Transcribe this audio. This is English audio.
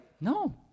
No